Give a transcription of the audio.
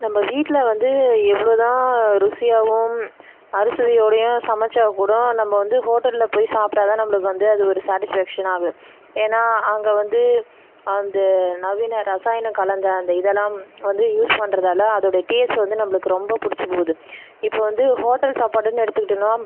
நம்ப வீட்டில் வந்து எவ்ளோ தான் ருசியாகவும் அறுசுவையோடையும் சமச்சால் கூடம் நம்ப வந்து ஹோட்டலில் போய் சாப்ட்டா தான் நம்பளுக்கு வந்து அது ஒரு சாட்டிஸ்ஃபேக்சனாக ஆகும் ஏன்னா அங்கே வந்து அந்த நவீன ரசாயனம் கலந்த அந்த இதெல்லாம் வந்து யூஸ் பண்ணுறதால அதோட டேஸ்ட் வந்து நம்பளுக்கு ரொம்ப பிடிச்சிப் போகுது இப்போ வந்து ஹோட்டல் சாப்பாடுன்னு எடுத்துக்கிட்டோம்னா